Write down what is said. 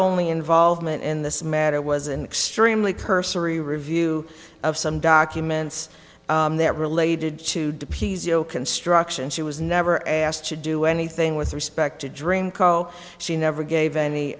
only involvement in this matter was an extremely cursory review of some documents related to dipping construction she was never asked to do anything with respect to dream call she never gave any